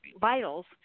vitals